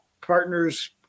partners